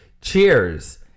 Cheers